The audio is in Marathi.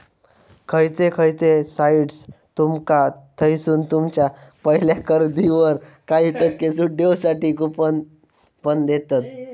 खयचे खयचे साइट्स तुमका थयसून तुमच्या पहिल्या खरेदीवर काही टक्के सूट देऊसाठी कूपन पण देतत